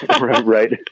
right